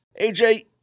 AJ